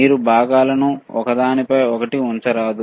మీరు భాగాలను ఒకదానిపై ఒకటి ఉంచరాదు